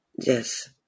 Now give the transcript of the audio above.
Yes